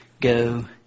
Go